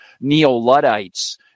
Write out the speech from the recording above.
neo-Luddites